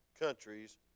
countries